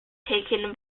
taken